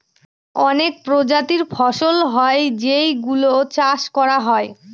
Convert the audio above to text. অনেক প্রজাতির ফসল হয় যেই গুলো চাষ করা হয়